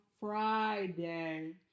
Friday